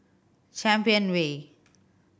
Champion Way